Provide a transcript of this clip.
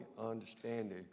understanding